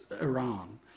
Iran